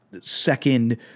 second